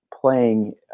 playing